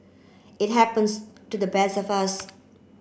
it happens to the best of us